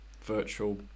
virtual